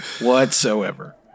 whatsoever